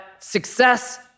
Success